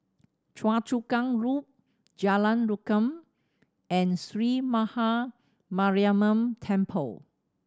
Choa Chu Kang Loop Jalan Rukam and Sree Maha Mariamman Temple